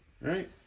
right